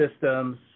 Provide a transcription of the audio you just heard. systems